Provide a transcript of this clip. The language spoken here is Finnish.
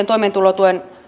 toimeentulotuen